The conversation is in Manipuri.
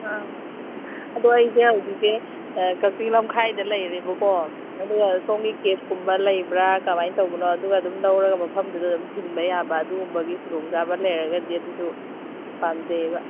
ꯑꯥ ꯑꯗꯣ ꯑꯩꯁꯦ ꯍꯧꯖꯤꯛꯁꯦ ꯀꯛꯆꯤꯡ ꯂꯥꯝꯈꯥꯏꯗ ꯂꯩꯔꯦꯕꯀꯣ ꯑꯗꯨꯒ ꯁꯣꯝꯒꯤ ꯀꯦꯞꯀꯨꯝꯕ ꯂꯩꯕ꯭ꯔꯥ ꯀꯃꯥꯏꯅ ꯇꯧꯕꯅꯣ ꯑꯗꯨꯒ ꯑꯗꯨꯝ ꯂꯧꯔꯒ ꯃꯐꯝꯗꯨꯗ ꯑꯗꯨꯝ ꯊꯤꯟꯕ ꯌꯥꯕ ꯑꯗꯨꯒꯨꯝꯕꯒꯤ ꯈꯨꯗꯣꯡꯆꯥꯕ ꯂꯩꯔꯒꯗꯤ ꯑꯗꯨꯁꯨ ꯄꯥꯝꯖꯩꯌꯦꯕ